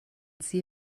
sie